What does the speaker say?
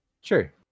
Sure